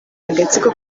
agatsiko